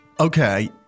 Okay